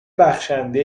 بخشنده